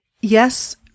yes